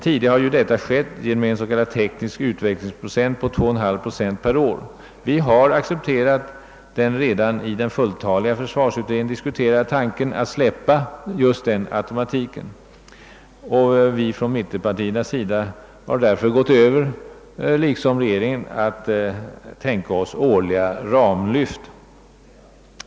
Tidigare har detta skett genom en s.k. teknisk utvecklingsprocent på 2,5 procent per år. Vi har accepterat den redan i den fulltaliga försvarsutredningen diskuterade tanken att släppa den automatiken. Från mittenpartiernas sida har vi därför liksom regeringen gått över till att tänka oss årliga ramlyft.